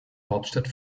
hauptstadt